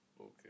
Okay